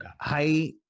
high